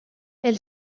elle